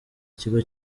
ikigo